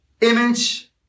image